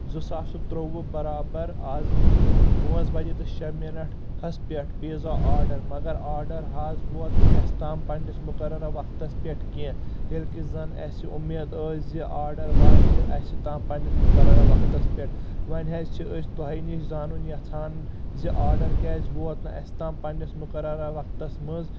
زٕ ساس تہٕ ترٛوٚوُہ برابر آز پانٛژھ بجے تہٕ شیٚے منٹس پٮ۪ٹھ پیزا آڈر مگر آڈر حظ ووت نہٕ اسہِ تام پننِس مقررہ وقتس پٮ۪ٹھ کینٛہہ ییٚلہِ کہِ زن اسہِ اوٚمید أسۍ زِ آڈر واتہِ اسہِ تام پننِس مقررہ وقتس پٮ۪ٹھ وۄنۍ حظ چھِ أسۍ تۄہہِ نِش زانُن یژھان زِ آڈر کیازِ ووت نہٕ اسہِ تام پننِس مقررہ وقتس منٛز